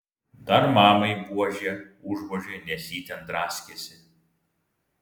dar mamai buože užvožė nes ji ten draskėsi